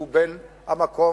שהוא בן המקום,